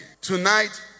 Tonight